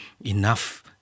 enough